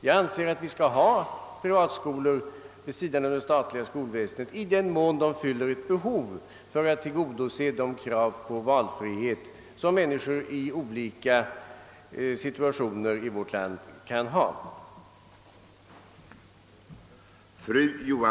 Jag anser att vi skall ha privatskolor vid sidan av det statliga skolväsendet i den mån de fyller ett behov för att tillgodose de krav på valfrihet som människor i olika situationer kan ha.